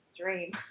dream